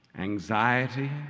anxiety